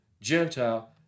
Gentile